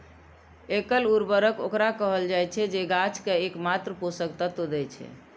एकल उर्वरक ओकरा कहल जाइ छै, जे गाछ कें एकमात्र पोषक तत्व दै छै